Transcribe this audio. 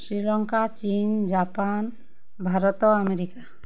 ଶ୍ରୀଲଙ୍କା ଚୀନ Japan Bharat America